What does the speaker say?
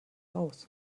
aus